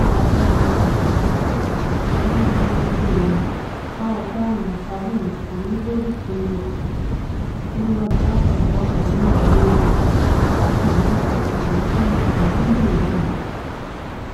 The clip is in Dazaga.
Te aũ bo ru jeenige dagoo tinda wura yendiriŋa înni nimoo? Ôwolu kaa numa sabundu îyi bôli tûlĩ tûlumoore tassu ai duro diĩ baraniya ru ñiiŋa tasu mire sabun tûni îyi bôli ru tûliĩ înti na gîrinni.